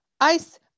ice